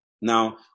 Now